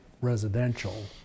residential